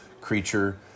creature